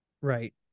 Right